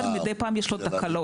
מידי פעם יש לו תקלות,